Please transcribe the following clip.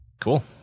cool